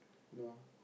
no